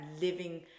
living